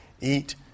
eat